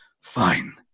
Fine